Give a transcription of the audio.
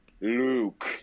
Luke